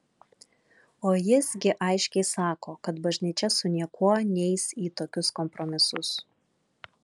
o jis gi aiškiai sako kad bažnyčia su niekuo neis į tokius kompromisus